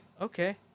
okay